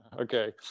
Okay